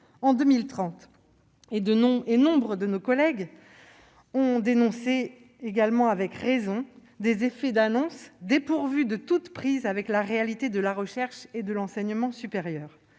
en 2030. Et nombre de nos collègues dénoncent à raison des effets d'annonces dépourvus de toute prise avec la réalité de la recherche et de l'enseignement supérieur.